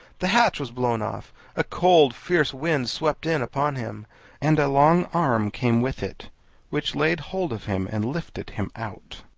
the hatch was blown off a cold fierce wind swept in upon him and a long arm came with it which laid hold of him and lifted him out.